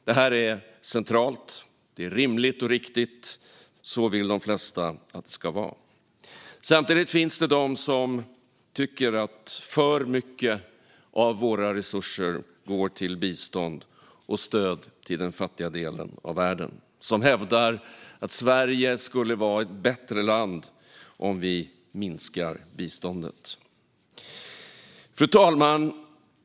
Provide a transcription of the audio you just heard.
Det här är centralt, och det är rimligt och riktigt. Så vill de flesta att det ska vara. Samtidigt finns det de som tycker att för mycket av våra resurser går till bistånd och stöd till den fattiga delen av världen och som hävdar att Sverige skulle vara ett bättre land om vi minskade biståndet. Fru talman!